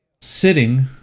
sitting